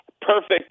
perfect